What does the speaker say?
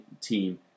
team